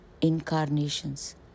incarnations